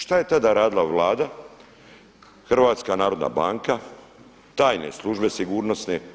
Šta je tada radila Vlada, HNB, tajne službe sigurnosne?